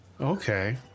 Okay